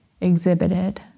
exhibited